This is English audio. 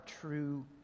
true